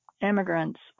immigrants